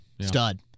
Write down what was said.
Stud